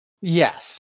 Yes